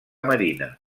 marina